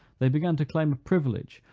they began to claim a privilege,